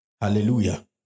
Hallelujah